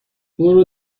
برو